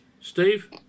Steve